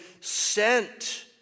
sent